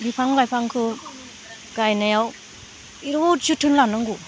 बिफां लाइफांखौ गायनायाव बेराद जोथोन लानांगौ